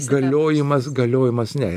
galiojimas galiojimas ne